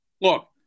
Look